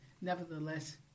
nevertheless